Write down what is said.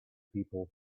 people